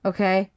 Okay